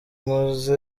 maze